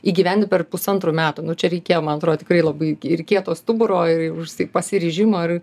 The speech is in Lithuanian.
įgyvendint per pusantrų metų nu čia reikėjo man atrodo tikrai labai ir kieto stuburo ir ir užsi pasiryžimo ar